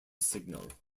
signal